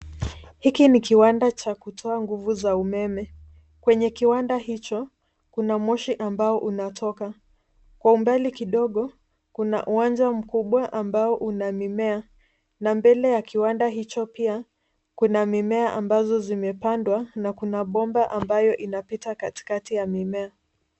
Hiki ni kiwanda cha kutoa nguvu za umeme. Kwenye kiwanda hicho kuna moshi ambao unatoka. Kwa umbali kidogo, kuna uwanja mkubwa ambao una mimea na mbele ya kiwanda hicho pia kuna mimea ambazo zimepandwa na kuna bomba ambayo inapita katikati ya mimea.